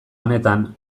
honetan